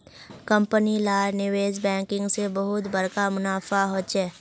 company लार निवेश banking से बहुत बड़का मुनाफा होचे